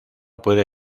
puede